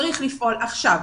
צריך לפעול עכשיו,